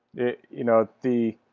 it you know the